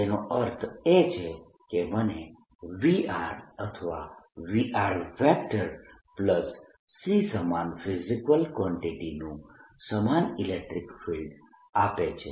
તેનો અર્થ એ છે કે મને V અથવા VC સમાન ફિઝીકલ કવાન્ટીટી નું સમાન ઇલેક્ટ્રીક ફિલ્ડ આપે છે